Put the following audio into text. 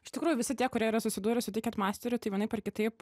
iš tikrųjų visi tie kurie yra susidūrę su tiket masteriu tai vienaip ar kitaip